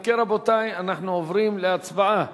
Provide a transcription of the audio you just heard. אם כן, רבותי, אנחנו עוברים להצבעה